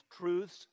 truths